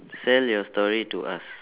sell your story to us